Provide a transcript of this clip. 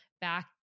back